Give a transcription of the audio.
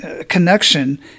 connection